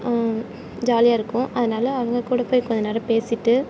ஜாலியாக இருக்கும் அதனால அவங்க கூட போய் கொஞ்சம் நேரோம் பேசிட்டு